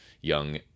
young